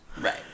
Right